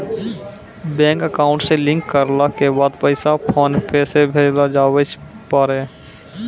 bank account से link करला के बाद पैसा फोनपे से भेजलो जावै पारै